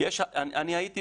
אני הייתי